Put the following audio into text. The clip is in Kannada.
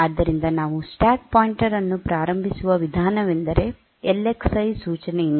ಆದ್ದರಿಂದ ನಾವು ಸ್ಟ್ಯಾಕ್ ಪಾಯಿಂಟರ್ ಅನ್ನು ಪ್ರಾರಂಭಿಸುವ ವಿಧಾನವೆಂದರೆ ಎಲ್ಎಕ್ಸ್ಐ ಸೂಚನೆಯಿಂದ